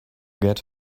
get